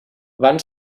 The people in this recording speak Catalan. van